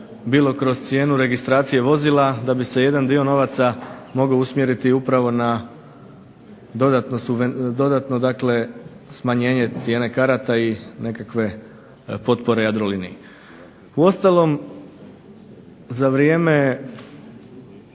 bilo kroz cijenu registracije vozila da bi se jedan dio novaca mogao usmjeriti upravo na dodatno dakle smanjenje cijene karata i nekakve potpore Jadroliniji. Uostalom za vrijeme